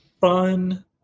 fun